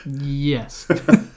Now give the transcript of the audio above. Yes